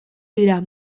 dira